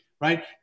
right